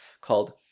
called